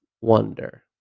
wonder